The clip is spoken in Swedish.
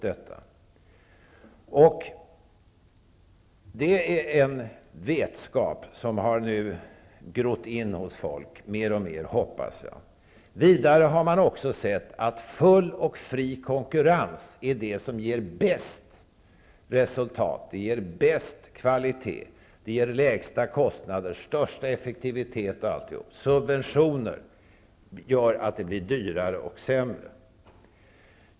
Detta är en vetskap som nu mer och mer har grott in hos folk, hoppas jag. Vidare har man också sett att det är full och fri konkurrens som ger bäst resultat, högsta kvalitet, lägsta kostnader och störst effektivitet. Subventioner gör att allt blir dyrare och sämre.